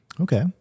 Okay